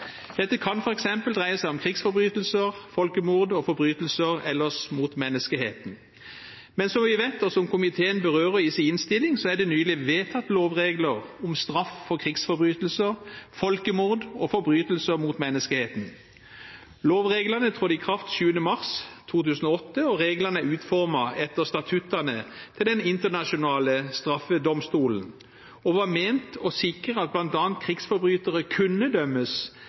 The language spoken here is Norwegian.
Dette kan f.eks. dreie seg om krigsforbrytelser, folkemord og forbrytelser ellers mot menneskeheten. Som vi vet og som komiteen berører i sin innstilling, er det nylig vedtatt lovregler om straff for krigsforbrytelser, folkemord og forbrytelser mot menneskeheten. Lovreglene trådte i kraft 7. mars 2008, og reglene er utformet etter statuttene til den internasjonale straffedomstolen og var ment å sikre at bl.a. krigsforbrytere kunne dømmes